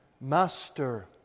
Master